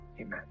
Amen